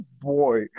boy